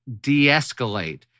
de-escalate